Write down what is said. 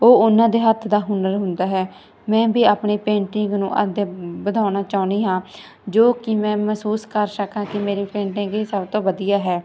ਉਹ ਉਹਨਾਂ ਦੇ ਹੱਥ ਦਾ ਹੁਨਰ ਹੁੰਦਾ ਹੈ ਮੈਂ ਵੀ ਆਪਣੇ ਪੇਂਟਿੰਗ ਨੂੰ ਅੱਗੇ ਵਧਾਉਣਾ ਚਾਹੁੰਦੀ ਹਾਂ ਜੋ ਕਿ ਮੈਂ ਮਹਿਸੂਸ ਕਰ ਸਕਾਂ ਕਿ ਮੇਰੀ ਪੇਂਟਿੰਗ ਹੀ ਸਭ ਤੋਂ ਵਧੀਆ ਹੈ